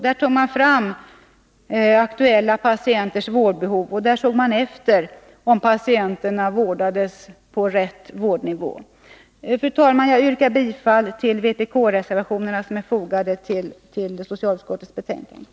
Där tog man då fram aktuella patienters vårdbehov, och där såg man efter om patienterna vårdades på rätt vårdnivå. Fru talman! Jag yrkar bifall till de vpk-reservationer som är fogade till socialutskottets betänkande.